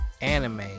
anime